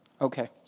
Okay